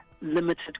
limited